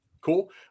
Cool